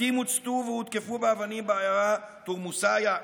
בתים הוצתו והותקפו באבנים בעיירה תורמוס עיא,